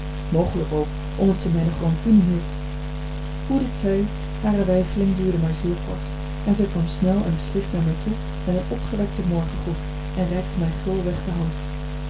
mogelijk ook omdat zij mij nog rancune hield hoe dit zij hare weifeling duurde maar zeer kort en zij kwam snel en beslist naar mij toe met een opgewekten morgengroet en reikte mij gulweg de hand